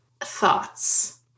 thoughts